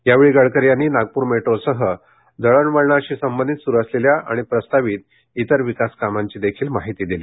यावेळी गडकरी यांनी नागपूर मेट्रोसह दळणवळणाशी संबंधित सुरू असलेल्या आणि प्रस्तावित इतर विकास कामांचीही माहिती दिली